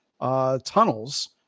tunnels